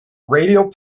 radial